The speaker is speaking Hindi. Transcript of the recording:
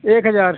एक हज़ार